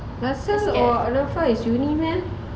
LASALLE or NAFA is a uni meh